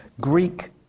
Greek